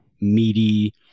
meaty